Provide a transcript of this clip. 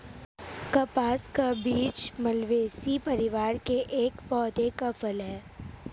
कपास का बीज मालवेसी परिवार के एक पौधे का फल है